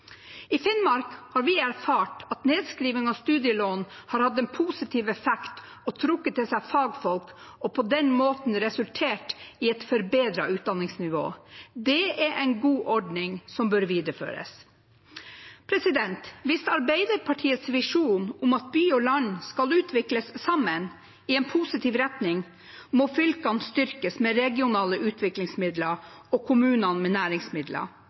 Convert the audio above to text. I Finnmark har vi erfart at nedskriving av studielån har hatt en positiv effekt og trukket til seg fagfolk og på den måten resultert i et forbedret utdanningsnivå. Det er en god ordning som bør videreføres. For å nå Arbeiderpartiets visjon om at by og land skal utvikles sammen i en positiv retning, må fylkene styrkes med regionale utviklingsmidler og kommunene med næringsmidler.